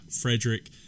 Frederick